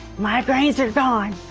migraines are